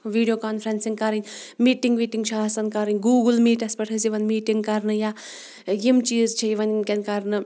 video conferencing کَرٕنۍ meeting وِٹِنٛگ چھِ آسَان کَرٕنۍ گوٗگل میٖٹَس پٮ۪ٹھ ٲسۍ یِوان میٖٹِنٛگ کَرنہٕ یا یِم چیٖز چھِ یِوَان ؤنکٮ۪ن کَرنہٕ